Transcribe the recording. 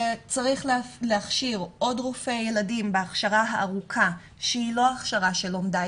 צריך להכשיר עוד רופאי ילדים בהכשרה הארוכה שהיא לא הכשרה של לומדה,